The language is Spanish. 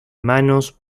manos